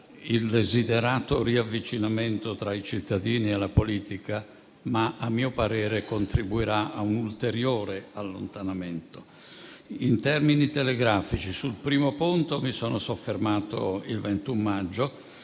il desiderato riavvicinamento tra i cittadini e la politica, ma a mio parere contribuirà a un ulteriore allontanamento. In termini telegrafici, sul primo punto mi sono soffermato il 21 maggio.